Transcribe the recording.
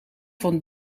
van